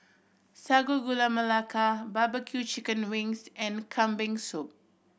Sago Gula Melaka barbecue chicken wings and Kambing Soup